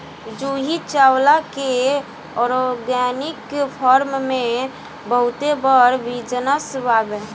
जूही चावला के organic farm के बहुते बड़ बिजनस बावे